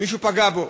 מישהו פגע בו.